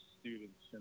students